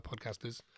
podcasters